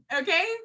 okay